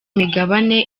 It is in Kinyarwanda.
imigabane